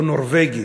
או נורבגית,